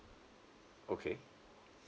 okay